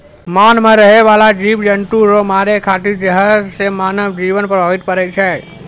मान मे रहै बाला जिव जन्तु रो मारै खातिर जहर से मानव जिवन प्रभावित पड़ै छै